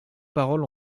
paroles